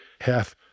hath